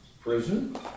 prison